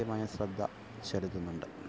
കൃത്യമായ ശ്രദ്ധ ചെലുത്തുന്നുണ്ട്